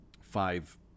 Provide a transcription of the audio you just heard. five